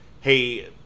hey